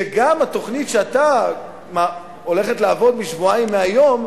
שגם התוכנית שהולכת לעבוד שבועיים מהיום,